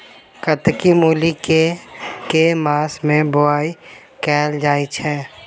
कत्की मूली केँ के मास मे बोवाई कैल जाएँ छैय?